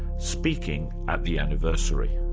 speaking at the anniversary.